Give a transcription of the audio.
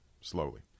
slowly